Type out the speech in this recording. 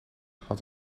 had